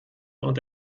und